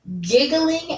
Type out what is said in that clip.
giggling